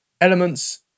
elements